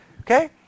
Okay